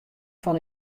fan